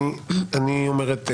אני אומר את דעתי,